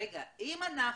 רגע, אם אנחנו,